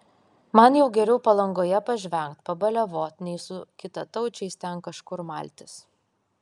man jau geriau palangoje pažvengt pabaliavot nei su kitataučiais ten kažkur maltis